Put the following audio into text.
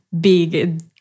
big